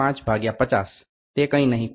5 ભાગ્યા 50 તે કંઈ નહીં પરંતુ 0